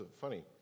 funny